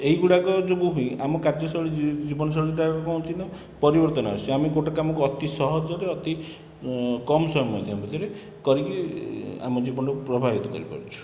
ଏହି ଗୁଡ଼ାକ ଯୋଗୁଁ ହିଁ ଆମ କାର୍ଯ୍ୟଶୈଳୀ ଜୀବନଶୈଳୀ ଟାରେ ପହଞ୍ଚିନେ ପରିବର୍ତ୍ତନ ଆସେ ଆମେ ଗୋଟିଏ କାମକୁ ଅତି ସହଜରେ ଅତି କମ ସମୟରେ ଭିତରେ କରିକି ଆମ ଜୀବନଟାକୁ ପ୍ରଭାବିତ କରିପାରୁଛୁ